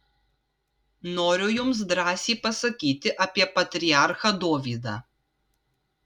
noriu jums drąsiai pasakyti apie patriarchą dovydą